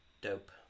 dope